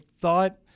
thought